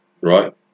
Right